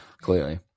clearly